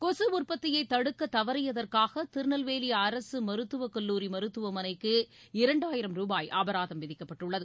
கொசுஉற்பத்தியைதடுக்கத் தவறியதற்காகதிருநெல்வேலிஅரசுமருத்துவக் கல்லூரிமருத்துவமனைக்கு இரண்டாயிரம் ரூபாய் அபராதம் விதிக்கப்பட்டுள்ளது